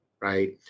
right